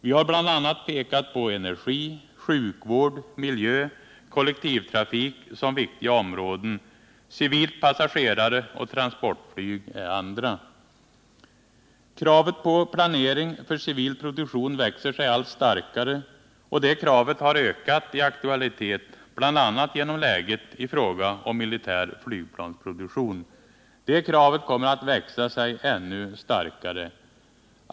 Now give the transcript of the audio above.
Vi har pekat på bl.a. energi, sjukvård, miljö, kollektivtrafik som viktiga områden. Civilt passageraroch transportflyg är andra. Kravet på planering för civil produktion växer sig allt starkare, och det kravet har ökat i aktualitet, bl.a. genom läget i fråga om militär flygplansproduktion. Det kravet kommer att växa sig ännu starkare.